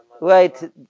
right